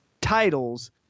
titles